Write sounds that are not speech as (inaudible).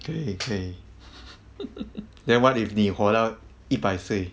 可以可以 (laughs) then what if 你活到一百岁